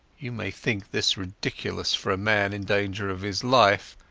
you may think this ridiculous for a man in danger of his life,